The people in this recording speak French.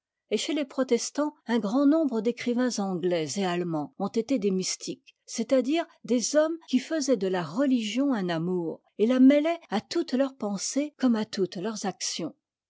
et chez les protestants un grand nombre d'écrivains anglais et allemands ont été des mystiques c'est-à-dire des hommes qui faisaient de la religion un amour et la mêlaient à toutes leurs pensées comme à toutes leurs actions